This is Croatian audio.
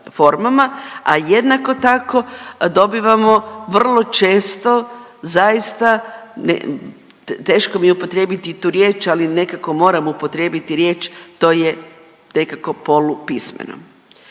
a jednako tako dobivamo vrlo često zaista, teško mi je upotrijebiti tu riječ, ali nekako moram upotrijebiti riječ to je nekako polupismeno.